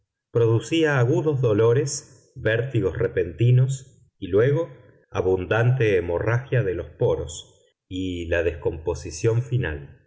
producía agudos dolores vértigos repentinos y luego abundante hemorragia de los poros y la descomposición final